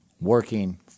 Working